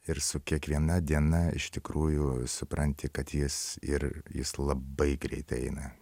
ir su kiekviena diena iš tikrųjų supranti kad jis ir jis labai greitai eina